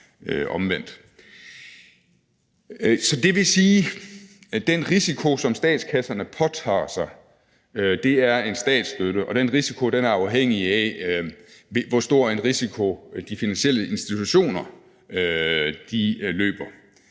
omvendt. Det vil sige, at den risiko, som statskasserne påtager sig, er en statsstøtte, og den risiko er afhængig af, hvor stor en risiko de finansielle institutioner løber.